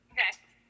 Okay